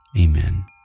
Amen